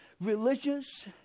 religious